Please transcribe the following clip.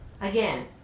Again